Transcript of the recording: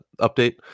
update